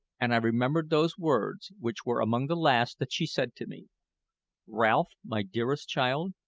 and i remembered those words, which were among the last that she said to me ralph, my dearest child,